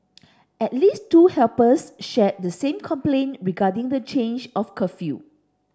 at least two helpers shared the same complaint regarding the change of curfew